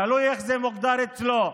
תלוי איך זה מוגדר אצלו,